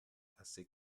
assez